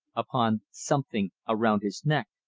upon something around his neck,